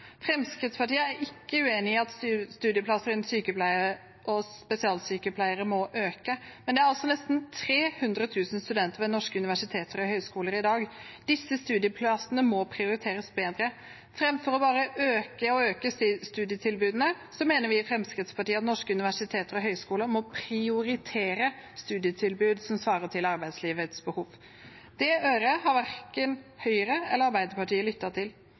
Fremskrittspartiet er ikke uenig i at antall studieplasser innen sykepleie og spesialsykepleie må øke, men det er nesten 300 000 studenter ved norske universiteter og høyskoler i dag. Disse studieplassene må prioriteres bedre. Framfor bare å øke og øke studietilbudene mener vi i Fremskrittspartiet at norske universiteter og høyskoler må prioritere studietilbud som svarer til arbeidslivets behov. Det øret har verken Høyre eller Arbeiderpartiet